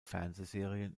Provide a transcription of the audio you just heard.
fernsehserien